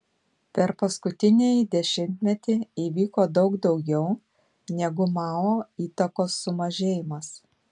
per paskutinįjį dešimtmetį įvyko daug daugiau negu mao įtakos sumažėjimas